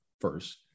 first